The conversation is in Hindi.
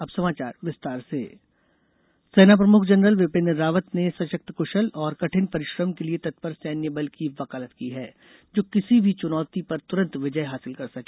अब समाचार विस्तार से सेना प्रमुख सेना प्रमुख जनरल बिपिन रावत ने सशक्त कुशल और कठिन परिश्रम के लिये तत्पर सैन्य बल की वकालत की है जो किसी भी चुनौती पर तुरन्त विजय हासिल कर सके